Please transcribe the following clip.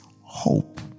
hope